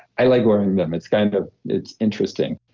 i like wearing them. it's kind of it's interesting.